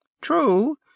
True